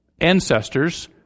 ancestors